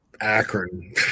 Akron